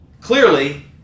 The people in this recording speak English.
clearly